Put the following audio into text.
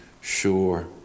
sure